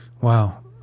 Wow